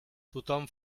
tothom